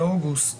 מאוגוסט